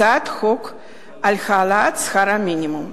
הצעת חוק על העלאת שכר המינימום.